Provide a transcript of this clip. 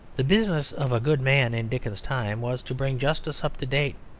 the business of a good man in dickens's time was to bring justice up to date.